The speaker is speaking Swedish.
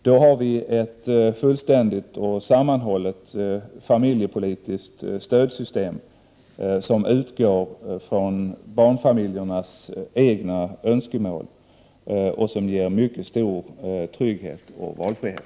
Då har vi ett fullständigt och sammanhållet familjepolitiskt stödsystem, som utgår ifrån barnfamiljernas egna önskemål och som ger mycket stor trygghet och valfrihet.